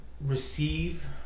receive